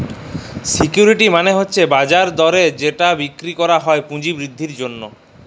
security মালে হছে বাজার দরে যেট বিক্কিরি ক্যরা যায় পুঁজি বিদ্ধির জ্যনহে